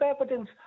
evidence